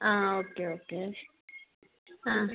ആ okay okay ആ